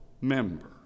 member